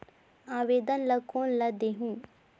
आवेदन ला कोन ला देहुं?